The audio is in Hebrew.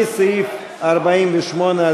מסעיף 48,